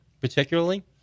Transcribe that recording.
particularly